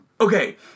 okay